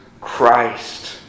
Christ